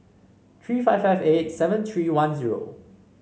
three five five eight seven three one zero